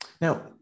now